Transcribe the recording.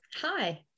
Hi